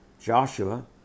Joshua